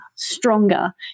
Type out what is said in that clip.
stronger